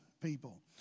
people